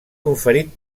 conferit